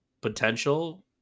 potential